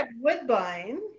Woodbine